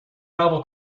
novel